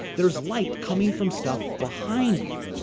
there's light coming from stuff behind you.